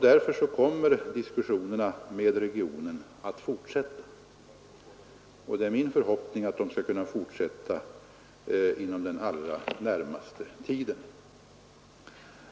Därför kommer diskussionerna med regionen att fortsätta, och det är min förhoppning att de skall kunna fortsätta inom den allra närmaste tiden.